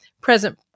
present